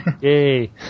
Yay